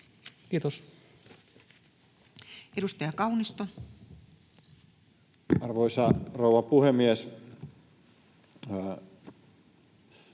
Kiitos. Edustaja Kaunisto. Arvoisa rouva puhemies!